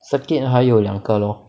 circuit 还有两个 lor